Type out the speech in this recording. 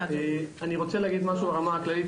אני רוצה להגיד משהו ברמה הכללית,